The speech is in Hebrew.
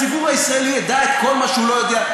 והציבור הישראלי ידע את כל מה שהוא לא יודע.